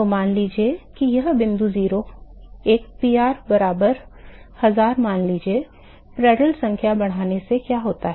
तो मान लीजिए कि यह बिंदु 0 एक pr बराबर हजार मान लीजिए प्रांदल संख्या बढ़ाने से क्या होता है